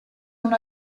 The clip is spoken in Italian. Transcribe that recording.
non